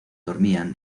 dormían